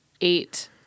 eight